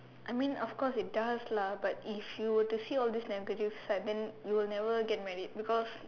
I mean of course it does lah but if you were to see all these negative side then you will never get married because